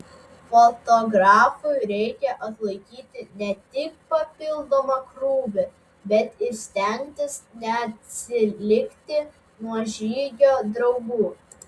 fotografui reikia atlaikyti ne tik papildomą krūvį bet ir stengtis neatsilikti nuo žygio draugų